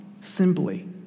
simply